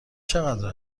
چقدر